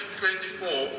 2024